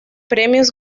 premios